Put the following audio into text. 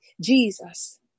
Jesus